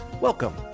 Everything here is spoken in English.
Welcome